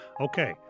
okay